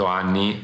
anni